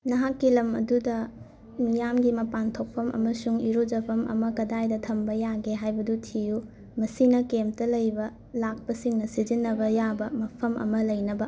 ꯅꯍꯥꯛꯀꯤ ꯂꯝ ꯑꯗꯨꯗ ꯃꯤꯌꯥꯝꯒꯤ ꯃꯄꯥꯟ ꯊꯣꯛꯐꯝ ꯑꯃꯁꯨꯡ ꯏꯔꯨꯖꯐꯝ ꯑꯃ ꯀꯗꯥꯏꯗ ꯊꯝꯕ ꯌꯥꯒꯦ ꯍꯥꯏꯕꯗꯨ ꯊꯤꯌꯨ ꯃꯁꯤꯅ ꯀꯦꯝꯞꯇ ꯂꯩꯕ ꯂꯥꯛꯄꯁꯤꯡꯅ ꯁꯤꯖꯤꯟꯅꯕ ꯌꯥꯕ ꯃꯐꯝ ꯑꯃ ꯂꯩꯅꯕ